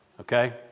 okay